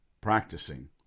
Practicing